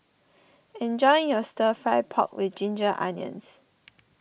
enjoy your Stir Fried Pork with Ginger Onions